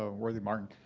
ah worthy martin.